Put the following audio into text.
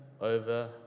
over